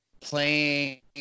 playing